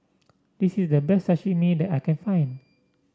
this is the best Sashimi that I can find